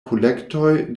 kolektoj